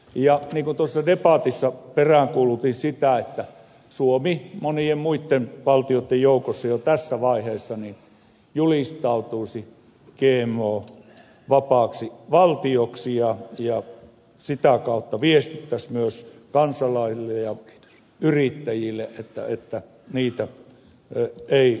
niin kuin tuossa debatissa peräänkuulutin toivoisin että suomi monien muitten valtioitten joukossa jo tässä vaiheessa julistautuisi gmo vapaaksi valtioksi ja sitä kautta viestittäisi myös kansalaisille ja yrittäjille että gmo kasveja ei sallita